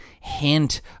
hint